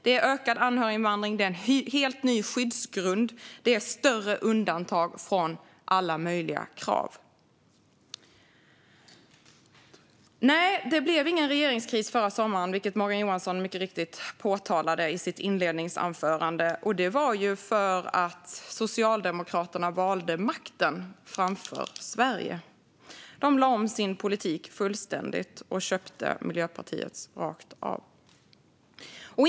Det är ökad anhöriginvandring. Det är en helt ny skyddsgrund. Det är större undantag från alla möjliga krav. Nej, det blev ingen regeringskris förra sommaren, vilket Morgan Johansson mycket riktigt påpekade i sitt inledningsanförande. Det var för att Socialdemokraterna valde makten framför Sverige. De lade om sin politik fullständigt och köpte Miljöpartiets rakt av.